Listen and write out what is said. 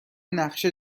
نقشه